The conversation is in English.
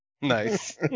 Nice